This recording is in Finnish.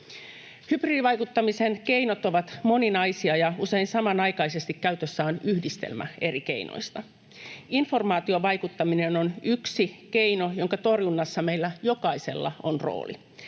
Hybridivaikuttamisen keinot ovat moninaisia, ja usein samanaikaisesti käytössä on yhdistelmä eri keinoista. Informaatiovaikuttaminen on yksi keino, jonka torjunnassa meillä jokaisella on rooli.